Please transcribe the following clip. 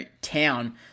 town